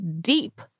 deep